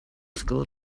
school